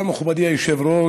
תודה, מכובדי היושב-ראש.